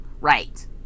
right